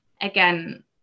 Again